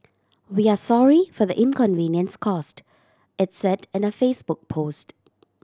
we are sorry for the inconvenience caused it said in a Facebook post